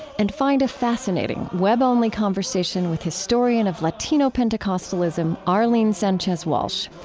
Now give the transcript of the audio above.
and find a fascinating web-only conversation with historian of latino pentecostalism arlene sanchez walsh.